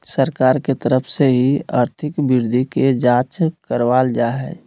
सरकार के तरफ से ही आर्थिक वृद्धि के जांच करावल जा हय